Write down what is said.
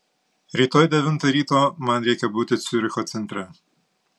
rytoj devintą ryto man reikia būti ciuricho centre